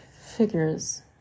figures